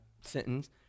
sentence